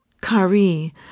Kari